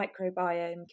microbiome